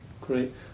Great